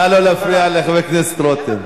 נא לא להפריע לחבר הכנסת רותם.